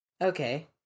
okay